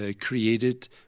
created